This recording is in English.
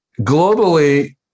Globally